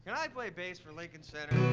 i play bass for lincoln center?